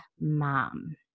mom